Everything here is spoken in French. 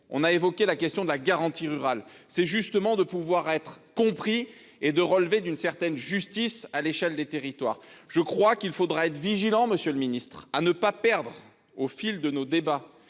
On a évoqué la question de la garantie. C'est justement de pouvoir être compris et de relever d'une certaine justice à l'échelle des territoires, je crois qu'il faudra être vigilant. Monsieur le Ministre, à ne pas perdre au fil de nos débats